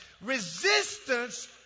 Resistance